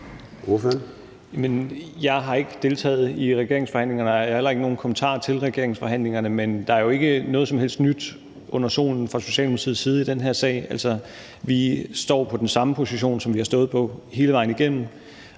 Jeg har ikke deltaget i regeringsforhandlingerne, og jeg har heller ikke nogen kommentar til regeringsforhandlingerne, men der er jo ikke noget som helst nyt under solen fra Socialdemokratiets side i den her sag – altså, vi står på den samme position, som vi har stået på hele vejen igennem.